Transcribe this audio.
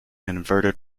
inverted